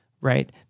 right